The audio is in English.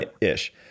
ish